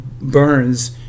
burns